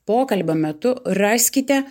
pokalbio metu raskite